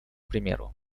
примеру